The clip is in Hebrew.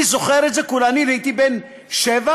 אני זוכר את זה, אני הייתי בן שבע,